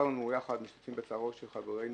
צר לנו יחד משתתפים בצערו של חברנו,